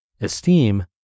esteem